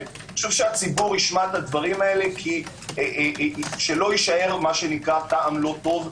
חשוב שהציבור ישמע את הדברים כדי שלא יישאר טעם לא טוב.